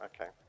okay